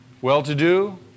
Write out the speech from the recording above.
well-to-do